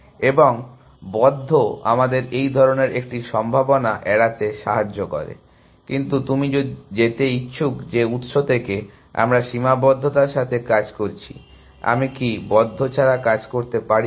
এবং বদ্ধ আমাদের এই ধরনের একটি সম্ভাবনা এড়াতে সাহায্য করে কিন্তু তুমি যেতে ইচ্ছুক যে উত্স থেকে আমরা সীমাবদ্ধতার সাথে কাজ করছি আমি কি বদ্ধ ছাড়া কাজ করতে পারি